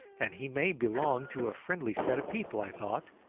and he may belong to a friendly set of people, i thought.